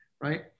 right